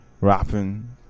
rapping